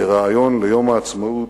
בריאיון ליום העצמאות,